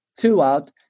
throughout